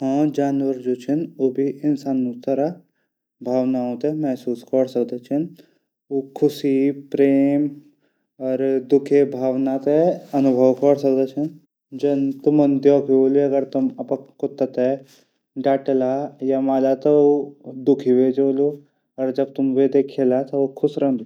हाँ जानवर भी इंसानों तरह भावनाओ थै महसूस कौर सकदा छन। ऊ खुशी प्रेम दुखा भावना थै अनुभव कौर सकदा छन। जन तुमन देखो होलू अपड कुता थै डाटला तू ऊ दुखी हो जोलू। और जब तुम वेथे खिलोला त ऊ खुश रैंदू।